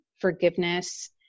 forgiveness